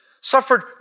suffered